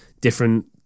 different